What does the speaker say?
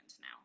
now